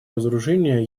разоружения